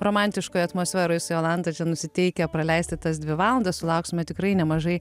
romantiškoj atmosferoj su jolanta čia nusiteikę praleisti tas dvi valandas sulauksime tikrai nemažai